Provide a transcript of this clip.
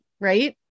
right